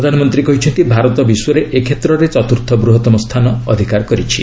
ପ୍ରଧାନମନ୍ତ୍ରୀ କହିଛନ୍ତି ଭାରତ ବିଶ୍ୱରେ ଏ କ୍ଷେତ୍ରରେ ଚତୁର୍ଥ ବୃହତମ ସ୍ଥାନ ଅଧିକାର କରିଛି